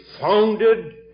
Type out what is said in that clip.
founded